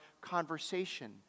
conversation